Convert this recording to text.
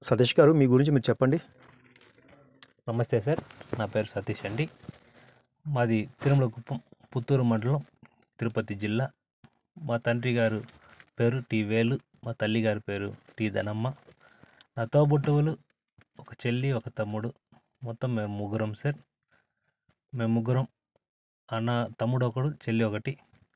సతీష్ గారు మీ గురించి మీరు చెప్పండి నమస్తే సార్ నా పేరు సతీష్ అండి మాది తిరుమల కుప్పం పుత్తూరు మండలం తిరుపతి జిల్లా మా తండ్రిగారు పేరు టి వేలు మా తల్లిగారి పేరు టి ధనమ్మ నా తోబుట్టువులు ఒక చెల్లి ఒక తమ్ముడు మొత్తం మేము ముగ్గురం సార్ మేము ముగ్గురం అన్నా తమ్ముడు ఒకడు చెల్లి ఒకటి